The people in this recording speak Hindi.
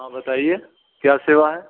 हाँ बताइए क्या सेवा है